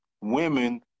women